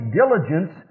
diligence